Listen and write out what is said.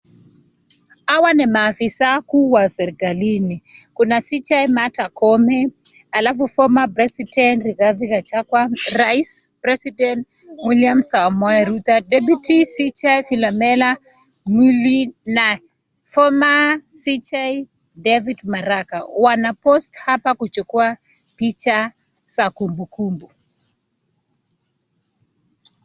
Hawa ni maafisa kuu wa serikalini . Kuna Cj Martha Koome alafu former president Rigathi Gachagua Rais president William Samoei Ruto , deputy Cj Philomela Mwilu na former Cj David Maraga wana post hapa kuchukua picha za kumbukumbu.